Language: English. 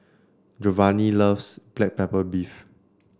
Jovanny loves Black Pepper Beef